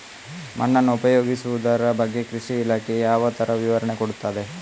ಮಣ್ಣನ್ನು ಉಪಯೋಗಿಸುದರ ಬಗ್ಗೆ ಕೃಷಿ ಇಲಾಖೆ ಯಾವ ತರ ವಿವರಣೆ ಕೊಡುತ್ತದೆ?